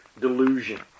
delusion